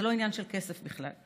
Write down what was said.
זה לא עניין של כסף בכלל.